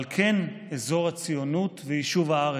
אבל כן אזור הציונות ויישוב הארץ.